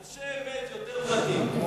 אנשי אמת, יותר מתאים.